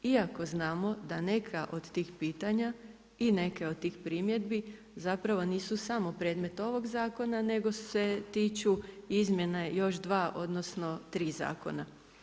Iako znamo da neka od tih pitanja i neke od tih primjedbi zapravo nisu samo predmet ovog zakona nego se tiču izmjena još dva, odnosno tri zakona.